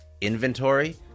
Inventory